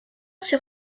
sur